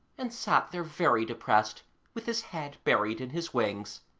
and sat there very depressed with his head buried in his wings.